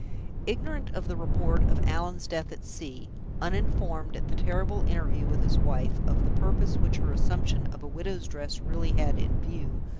ignorant of the report of allan's death at sea uninformed, at the terrible interview with his wife, of the purpose which her assumption of a widow's dress really had in view,